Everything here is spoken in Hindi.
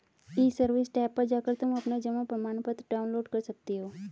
ई सर्विस टैब पर जाकर तुम अपना जमा प्रमाणपत्र डाउनलोड कर सकती हो